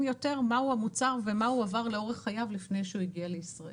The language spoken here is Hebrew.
יותר מהו המוצר ומה הוא עבר לאורך חייו לפני שהוא הגיע לישראל.